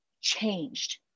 changed